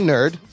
Nerd